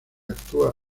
actúa